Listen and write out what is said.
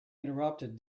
interrupted